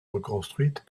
reconstruite